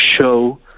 show